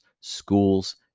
schools